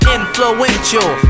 Influential